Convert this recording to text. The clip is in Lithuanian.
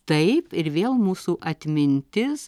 taip ir vėl mūsų atmintis